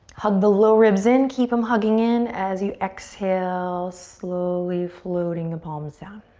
hug the low ribs in, keep them hugging in as you exhale, slowly floating the palms down.